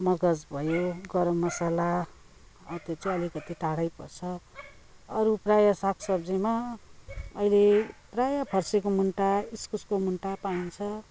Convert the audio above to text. मगज भयो गरम मसला अँ त्यो चाहिँ अलिकति टाढै पर्छ अरू प्रायः सागसब्जीमा अहिले प्रायः फर्सीको मुन्टा इस्कुसको मुन्टा पाइन्छ